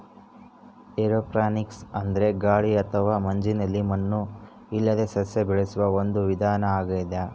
aeroponics ಅಂದ್ರೆ ಗಾಳಿ ಅಥವಾ ಮಂಜಿನಲ್ಲಿ ಮಣ್ಣು ಇಲ್ಲದೇ ಸಸ್ಯ ಬೆಳೆಸುವ ಒಂದು ವಿಧಾನ ಆಗ್ಯಾದ